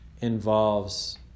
involves